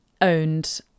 owned